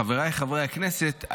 חבריי חברי הכנסת,